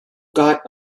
got